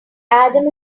adam